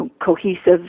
cohesive